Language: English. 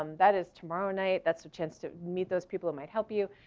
um that is tomorrow night, that's a chance to meet those people that might help you.